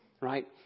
right